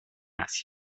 asia